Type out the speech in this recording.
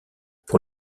pour